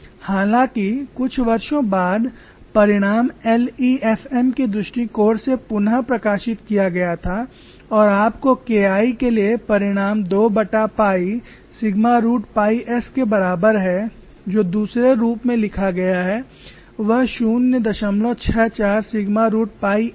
हालाँकि कुछ वर्षों बाद परिणाम LEFM के दृष्टिकोण से पुन प्रकाशित किया गया था और आपको K I के लिए परिणाम 2पाई सिग्मा रूट पाई s के बराबर है जो दूसरे रूप में लिखा गया है वह 064 सिग्मा रूट पाई a है